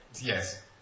Yes